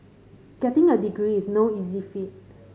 getting a degree is no easy feat